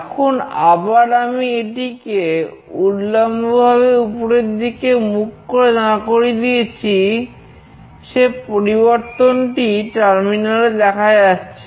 এখন আবার আমি এটিকে উল্লম্বভাবে উপরের দিকে মুখ করে দাঁড় করিয়ে দিয়েছি সে পরিবর্তনটি টার্মিনালে দেখা যাচ্ছে